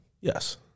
Yes